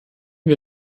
wir